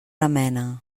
remena